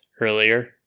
earlier